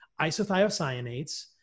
isothiocyanates